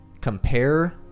compare